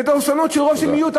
זה דורסנות של הרוב על המיעוט.